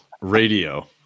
radio